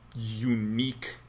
unique